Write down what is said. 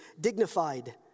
dignified